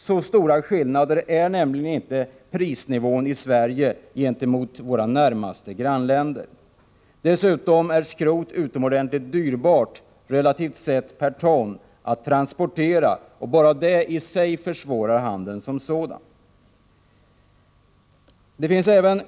Så stor är nämligen inte skillnaden i prisnivå mellan Sverige och våra närmaste grannländer. Dessutom är skrotet relativt sett per ton utomordentligt dyrbart att transportera. Bara detta i sig försvårar handeln som sådan.